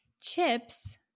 chips